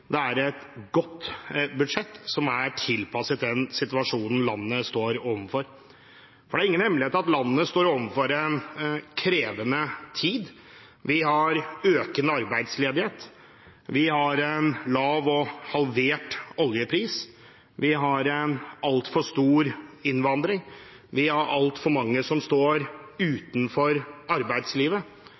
Det er et godt budsjett som er tilpasset den situasjonen landet står overfor. Det er ingen hemmelighet at landet står foran en krevende tid. Vi har økende arbeidsledighet, en lav og halvert oljepris, en altfor stor innvandring, og vi har altfor mange som står utenfor arbeidslivet.